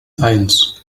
eins